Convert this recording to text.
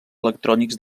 electrònics